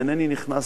ואינני נכנס,